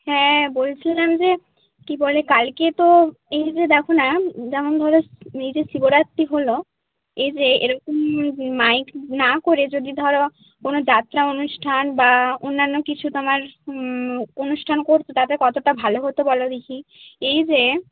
হ্যাঁ বলছিলাম যে কি বলে কালকে তো এই যে দেখো না যেমন ধরো এই যে শিবরাত্রি হল এই যে এরকম মাইক না করে যদি ধরো কোনো যাত্রা অনুষ্ঠান বা অন্যান্য কিছু তোমার অনুষ্ঠান করতো তাতে কতটা ভালো হতো বলো দিকি এই যে